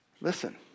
Listen